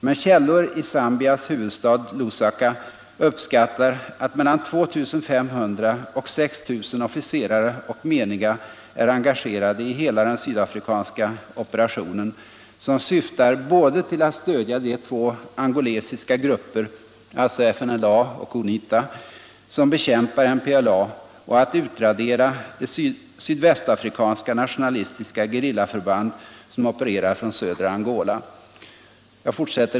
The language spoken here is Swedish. Men källor i Zambias huvudstad Lusaka uppskattar att mellan 2 500 och 6 000 officerare och meniga är engagerade i hela den sydafrikanska operationen, som syftar både till att stödja de två angolesiska grupper” — alltså FNLA och UNITA — ”som bekämpar MPLA och att utradera de sydvästafrikanska nationalistiska gerillaförband som opererar från södra Angola.